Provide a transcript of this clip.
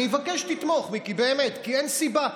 אני אבקש שתתמוך, מיקי, באמת, כי אין סיבה.